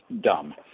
dumb